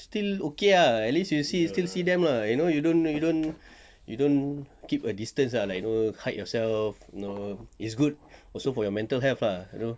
still okay ah at least you see you still see them lah you know you don't you don't you don't keep a distance ah like you know hide yourself know is good also for your mental health ah you know